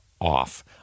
off